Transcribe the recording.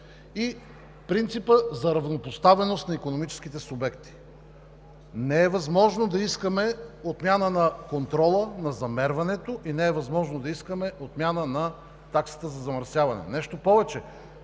и принципът за равнопоставеност на икономическите субекти. Не е възможно да искаме отмяна на контрола на замерването и не е възможно да искаме отмяна на таксата за замърсяване. Нещо повече,